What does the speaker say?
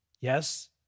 Yes